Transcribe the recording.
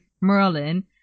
Merlin